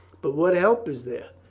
but what help is there?